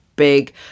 Big